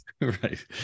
Right